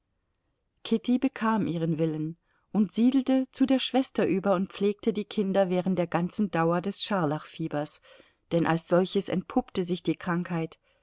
kitty bekam ihren willen und siedelte zu der schwester über und pflegte die kinder während der ganzen dauer des scharlachfiebers denn als solches entpuppte sich die krankheit